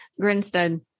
Grinstead